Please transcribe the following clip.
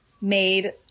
made